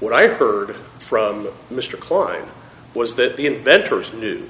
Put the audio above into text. what i heard from mr klein was that the inventors knew